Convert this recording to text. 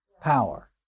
power